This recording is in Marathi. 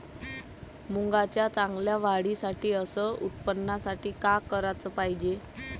मुंगाच्या चांगल्या वाढीसाठी अस उत्पन्नासाठी का कराच पायजे?